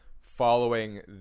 following